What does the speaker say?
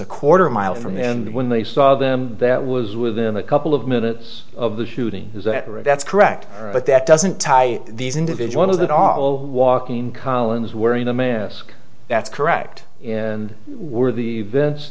a quarter mile from the end when they saw them that was within a couple of minutes of the shooting is that right that's correct but that doesn't tie these individuals that are all walking collins wearing a mask that's correct in were the events